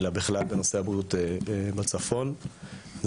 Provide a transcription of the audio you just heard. אלא בכלל בנושא הבריאות בצפון ואני